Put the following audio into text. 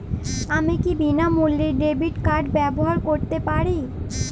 আমি কি বিনামূল্যে ডেবিট কার্ড ব্যাবহার করতে পারি?